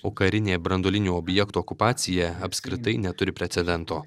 o karinė branduolinių objektų okupacija apskritai neturi precedento